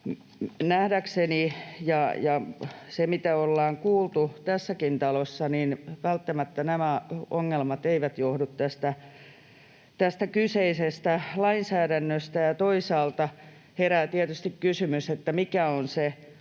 nähdäkseni ja sen mukaan, mitä ollaan kuultu tässäkin talossa, välttämättä nämä ongelmat eivät johdu tästä kyseisestä lainsäädännöstä. Toisaalta herää tietysti kysymys, mikä on se